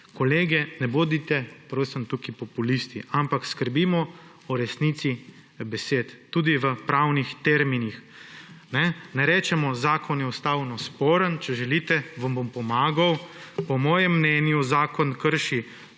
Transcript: kolegi, ne bodite tukaj populisti, ampak skrbimo o resnici besed tudi v pravnih terminih. Ne rečemo, zakon je ustavno sporen, če želite, vam bom pomagal: »Po mojem mnenju zakon krši